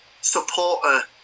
supporter